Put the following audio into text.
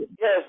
Yes